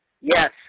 yes